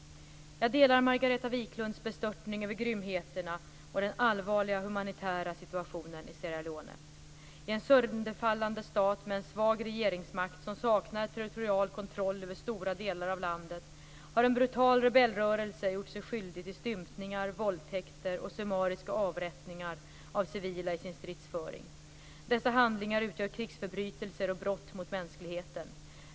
Jag delar Margareta Viklunds bestörtning över grymheterna och den allvarliga humanitära situationen i Sierra Leone. I en sönderfallande stat, med en svag regeringsmakt som saknar territorial kontroll över stora delar av landet, har en brutal rebellrörelse gjort sig skyldig till stympningar, våldtäkter och summariska avrättningar av civila i sin stridsföring. Dessa handlingar utgör krigsförbrytelser och brott mot mänskligheten.